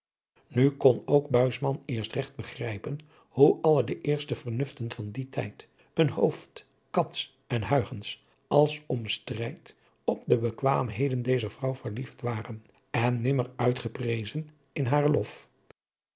nu kon ook buisman eerst regt begrijpen hoe alle de eerste vernuften van dien tijd een hooft cats en huygens als om strijd op de bekwaamheden dezer vrouw verliefd waren en nimmer uitgeprezen in haren lof